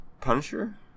Punisher